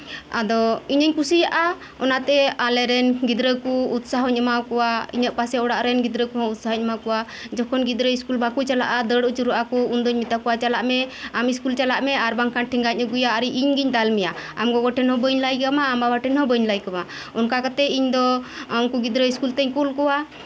ᱟᱫᱚ ᱤᱧᱤᱧ ᱠᱩᱥᱤᱭᱟᱜᱼᱟ ᱚᱱᱟᱛᱮ ᱟᱞᱮ ᱨᱮᱱ ᱜᱤᱫᱽᱨᱟᱹ ᱠᱚ ᱩᱛᱥᱟᱦᱚᱧ ᱮᱢᱟᱣᱟᱠᱚᱣᱟ ᱤᱧᱟᱜ ᱯᱟᱥᱮᱨ ᱚᱲᱟᱜ ᱨᱮᱱ ᱜᱤᱫᱽᱨᱟᱹ ᱠᱚᱦᱚᱸ ᱩᱛᱥᱟᱦᱚᱧ ᱮᱢᱟᱠᱚᱣᱟ ᱡᱚᱠᱷᱚᱱ ᱜᱤᱫᱽᱨᱟᱹ ᱤᱥᱠᱩᱞ ᱵᱟᱠᱚ ᱪᱟᱞᱟᱜᱼᱟ ᱫᱟᱹᱲ ᱟᱪᱩᱨᱚᱜᱼᱟ ᱠᱚ ᱩᱱᱫᱚᱧ ᱢᱮᱛᱟᱠᱚᱣᱟ ᱪᱟᱞᱟᱜ ᱢᱮ ᱟᱢ ᱤᱥᱠᱩᱞ ᱪᱟᱞᱟᱜ ᱢᱮ ᱟᱨᱵᱟᱝᱠᱷᱟᱱ ᱴᱷᱮᱸᱜᱟᱧ ᱟᱹᱜᱩᱭᱟ ᱟᱨ ᱵᱟᱝᱠᱷᱟᱱ ᱤᱧ ᱜᱤᱧ ᱫᱟᱞ ᱢᱮᱭᱟ ᱟᱢ ᱜᱚᱜᱚ ᱴᱷᱮᱱ ᱦᱚᱸ ᱵᱟᱹᱧ ᱞᱟᱹᱭ ᱠᱟᱢᱟ ᱟᱢ ᱵᱟᱵᱟᱴᱷᱮᱱ ᱦᱚᱸ ᱵᱟᱹᱧ ᱞᱟᱹᱭ ᱠᱟᱢᱟ ᱚᱱᱠᱟ ᱠᱟᱛᱮᱫ ᱤᱧ ᱫᱚ ᱩᱱᱠᱩ ᱜᱤᱫᱽᱨᱟᱹ ᱤᱥᱠᱩᱞ ᱛᱮᱧ ᱠᱩᱞ ᱠᱚᱣᱟ